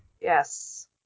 Yes